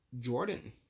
Jordan